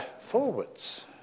forwards